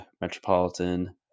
Metropolitan